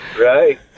Right